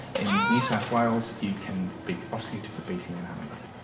in new south wales you can be prosecuted for beating an animal,